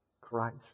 Christ